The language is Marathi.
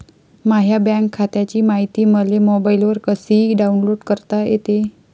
माह्या बँक खात्याची मायती मले मोबाईलवर कसी डाऊनलोड करता येते?